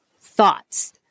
thoughts